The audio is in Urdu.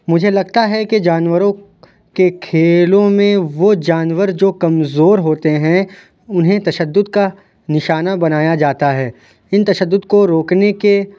مجھے لگتا ہے کہ جانوروں کے کھیلوں میں وہ جانور جو کمزور ہوتے ہیں انہیں تشدد کا نشانہ بنایا جاتا ہے ان تشدد کو روکنے کے